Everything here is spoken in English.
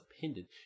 pendant